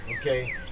okay